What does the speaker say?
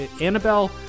Annabelle